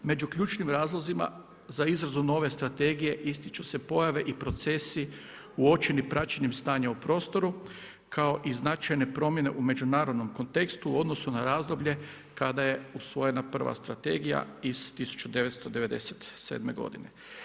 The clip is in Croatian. Među ključnim razlozima za izradu nove strategije ističu se pojave i procesi uočeni praćenjem stanja u prostoru kao i značajne promjene u međunarodnom kontekstu u odnosu na razdoblje kada je usvojena prva strategija iz 1997. godine.